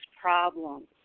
problems